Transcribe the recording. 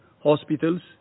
hospitals